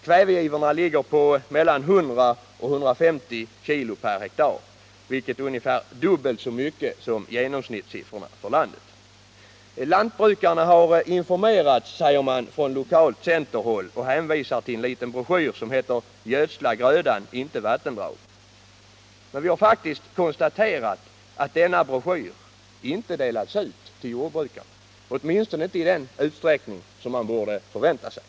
Kvävegivorna ligger på mellan 100 och 150 kg per hektar, vilket är ungefär dubbelt så mycket som genomsnittssiffrorna för landet. Lantbrukarna har informerats, säger man från lokalt centerhåll, och hänvisar till en liten broschyr som heter Gödsla grödan — inte vattendragen. Men vi har faktiskt konstaterat att denna broschyr inte delats ut till jordbrukarna, åtminstone inte i den utsträckning man kan förvänta sig.